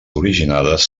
originades